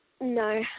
No